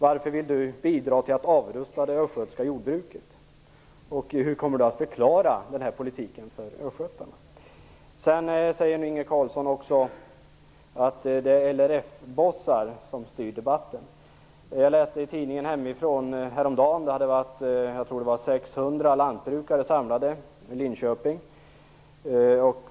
Varför vill Inge Carlsson bidra till att avrusta det östgötska jordbruket? Hur kommer Inge Carlsson att förklara denna politik för östgötarna? Inge Carlsson säger också att det är LRF-bossar som styr debatten. Jag läste häromdagen i tidningen hemifrån att det hade varit 600 lantbrukare samlade i Linköping.